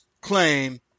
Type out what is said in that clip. claim